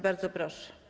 Bardzo proszę.